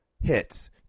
hits